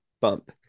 bump